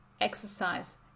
exercise